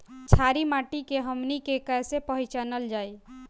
छारी माटी के हमनी के कैसे पहिचनल जाइ?